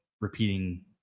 repeating